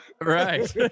Right